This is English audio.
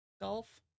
Golf